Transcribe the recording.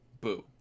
Boo